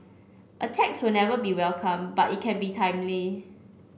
a tax will never be welcome but it can be timely